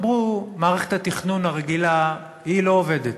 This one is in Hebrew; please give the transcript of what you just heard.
אמרו: מערכת התכנון הרגילה, היא לא עובדת.